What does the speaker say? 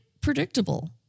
predictable